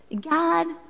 God